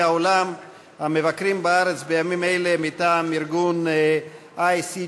העולם המבקרים בארץ בימים אלה מטעם ארגון ICJP,